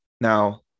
Now